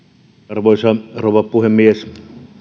arvoisa rouva puhemies